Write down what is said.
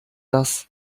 das